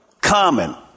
common